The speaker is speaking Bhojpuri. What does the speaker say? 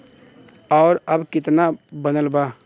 और अब कितना बनल बा?